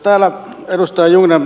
edustaja jungner